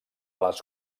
les